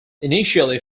initially